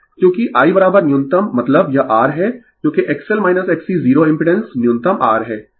चूंकि I न्यूनतम मतलब यह R है क्योंकि XL XC 0 इम्पिडेंस न्यूनतम R है